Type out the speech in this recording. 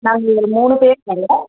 நாங்கள் ஒரு மூணு பேர் வரோம்